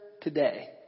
today